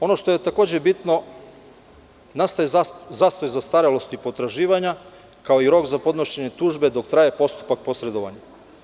Ono što je takođe bitno, nastaje zastoj zastarelosti potraživanja, kao i rok za podnošenje tužbe dok traje postupak posredovanja.